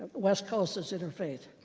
west coast is interfaith.